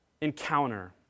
encounter